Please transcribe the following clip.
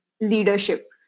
leadership